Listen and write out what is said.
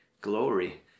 Glory